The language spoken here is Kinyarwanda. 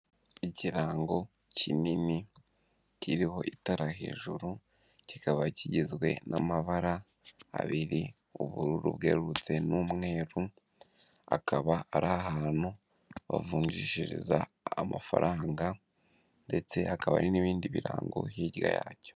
Ikirango kinini, kiriho itara hejuru, kikaba kigizwe n'amabara abiri, ubururu bwerurutse n'umweru, hakaba ari ahantu bavunjishiriza amafaranga ndetse hakaba hari n'ibindi birango hirya yacyo.